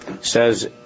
says